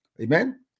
Amen